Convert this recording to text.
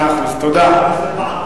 תודה.